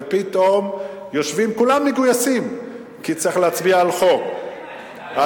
ופתאום כולם מגויסים כי צריך להצביע על חוק,